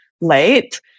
late